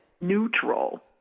neutral